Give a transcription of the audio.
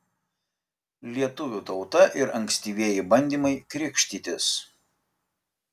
lietuvių tauta ir ankstyvieji bandymai krikštytis